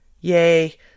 Yay